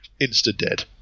insta-dead